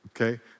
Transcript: Okay